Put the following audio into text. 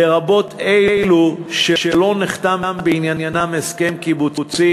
לרבות אלו שלא נחתם בעניינם הסכם קיבוצי